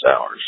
hours